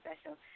special